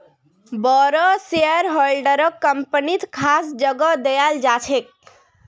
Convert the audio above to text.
बोरो शेयरहोल्डरक कम्पनीत खास जगह दयाल जा छेक